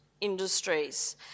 industries